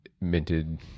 minted